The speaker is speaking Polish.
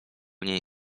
niej